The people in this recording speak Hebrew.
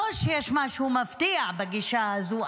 לא שיש משהו מפתיע בגישה הזו,